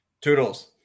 Toodles